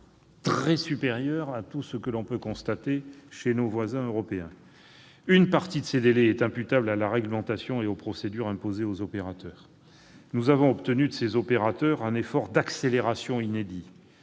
très supérieur à tout ce que l'on constate chez nos voisins européens. Une partie de ces délais est imputable à la réglementation et aux procédures imposées aux opérateurs. Nous avons obtenu d'eux un effort d'accélération inédit,